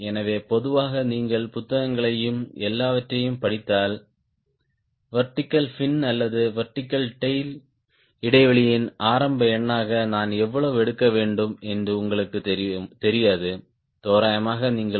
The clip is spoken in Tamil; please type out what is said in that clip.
எனவே பொதுவாக நீங்கள் புத்தகங்களையும் எல்லாவற்றையும் படித்தால் வெர்டிகல் பின் அல்லது வெர்டிகல் டேய்ல் இடைவெளியின் ஆரம்ப எண்ணாக நான் எவ்வளவு எடுக்க வேண்டும் என்று உங்களுக்குத் தெரியாது தோராயமாக நீங்கள் 1